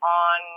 on